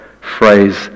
phrase